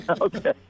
Okay